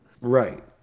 right